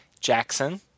Jackson